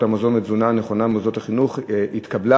המזון ולתזונה נכונה במוסדות חינוך התקבלה.